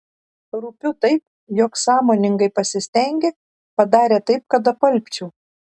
rūpiu taip jog sąmoningai pasistengė padarė taip kad apalpčiau